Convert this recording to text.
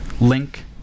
link